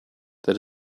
that